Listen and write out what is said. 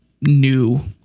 new